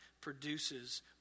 produces